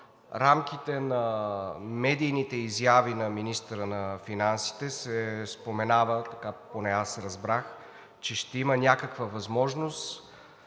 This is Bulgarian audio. рамките на медийните изяви на министъра на финансите се споменава, така поне аз разбрах, че ще има някаква възможност,